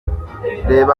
reba